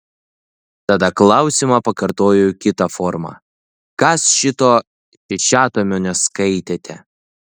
tada klausimą pakartoju kita forma kas šito šešiatomio neskaitėte